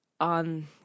on